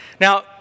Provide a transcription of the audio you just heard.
Now